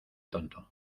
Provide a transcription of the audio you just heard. tonto